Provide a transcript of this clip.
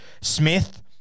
Smith